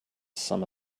some